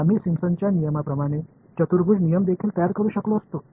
आम्ही सिम्पसनच्या नियमाप्रमाणे चतुर्भुज नियम देखील तयार करु शकलो असतो